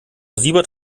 siebert